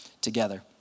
together